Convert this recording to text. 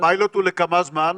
הפיילוט הוא לכמה זמן?